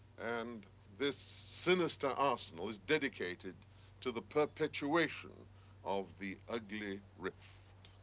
and this sinister arsenal is dedicated to the perpetuation of the ugly rift.